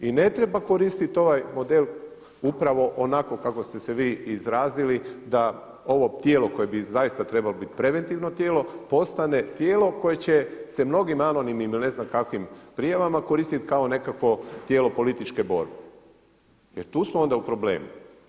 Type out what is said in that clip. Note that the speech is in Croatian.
I ne treba koristiti ovaj model upravo ovako kako ste se vi izrazili da ovo tijelo koje bi zaista trebalo biti preventivno tijelo postane tijelo koje će se mnogim anonimnim ili ne znam kakvim prijavama koristiti kao nekakvo tijelo političke borbe jer tu smo onda u problemu.